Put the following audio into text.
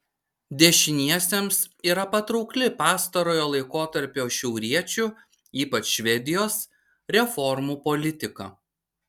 dešiniesiems yra patraukli pastarojo laikotarpio šiauriečių ypač švedijos reformų politika